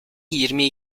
yirmi